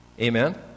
Amen